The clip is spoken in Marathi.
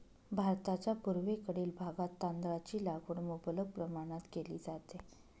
भारताच्या पूर्वेकडील भागात तांदळाची लागवड मुबलक प्रमाणात केली जाते